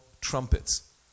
trumpets